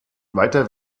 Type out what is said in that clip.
weiter